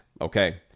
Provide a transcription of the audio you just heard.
Okay